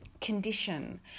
condition